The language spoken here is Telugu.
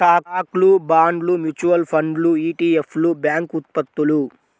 స్టాక్లు, బాండ్లు, మ్యూచువల్ ఫండ్లు ఇ.టి.ఎఫ్లు, బ్యాంక్ ఉత్పత్తులు